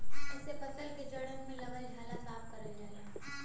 एसे फसल के जड़न में लगल झाला साफ करल जाला